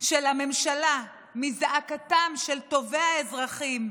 של הממשלה מזעקתם של טובי האזרחים,